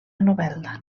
novelda